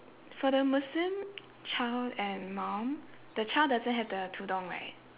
for the muslim child and mum the child doesn't have the tudung right